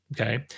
Okay